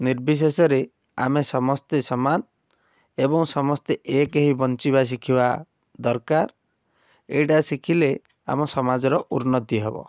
ନିର୍ବିଶେଷରେ ଆମେ ସମସ୍ତେ ସମାନ ଏବଂ ସମସ୍ତେ ଏକ ହେଇ ବଞ୍ଚିବା ଶିଖିବା ଦରକାର ଏଇଟା ଶିଖିଲେ ଆମ ସମାଜର ଉନ୍ନତି ହେବ